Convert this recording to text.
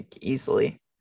easily